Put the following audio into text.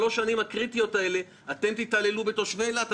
שלוש השנים הקריטיות האלה אתם תתעללו בתושבי אילת.